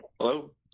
Hello